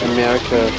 America